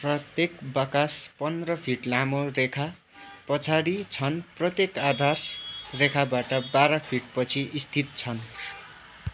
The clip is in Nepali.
प्रत्येक बाकस पन्ध्र फिट लामो रेखा पछाडि छन् प्रत्येक आधार रेखाबाट बाह्र फिट पछि स्थित छन्